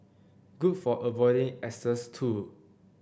good for avoiding exes too